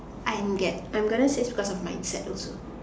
I'm get I'm gonna say it's cause of mindset also